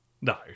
No